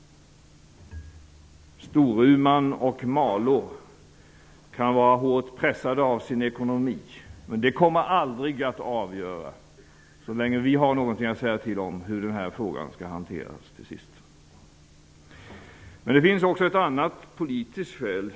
Storuman och Malå kan vara hårt pressade av sin ekonomi, men det kommer aldrig att vara avgörande så länge vi har något att säga till om när det gäller hur den här frågan till sist skall hanteras. Men det finns också ett annat, politiskt skäl.